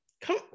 Come